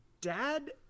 dad